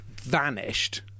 vanished